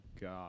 God